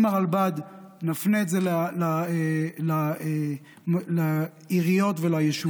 ועם הרלב"ד נפנה את זה לעיריות וליישובים,